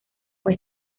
fue